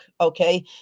okay